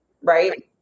Right